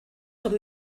són